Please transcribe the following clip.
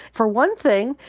for one thing,